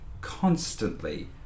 constantly